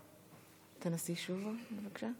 תנסי שוב, בבקשה.